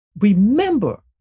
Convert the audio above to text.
Remember